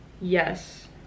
yes